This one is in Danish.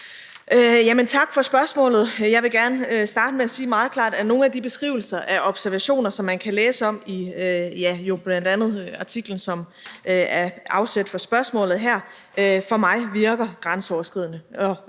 Tak for spørgsmålet. Jeg vil gerne starte med at sige meget klart, at nogle af de beskrivelser af observationer, som man kan læse om i bl.a. artiklen, som er afsæt for spørgsmålet her, på mig virker grænseoverskridende,